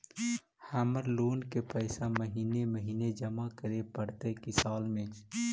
हमर लोन के पैसा महिने महिने जमा करे पड़तै कि साल में?